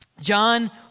John